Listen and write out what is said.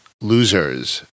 losers